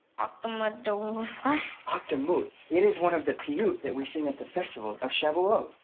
akdumadoo what? akdamut. it is one of the piyut that we sing at the festival of shavuot.